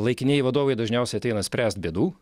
laikinieji vadovai dažniausiai ateina spręst bėdų